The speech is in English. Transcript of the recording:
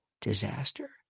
disaster